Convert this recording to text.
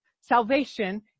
Salvation